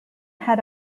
had